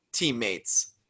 teammates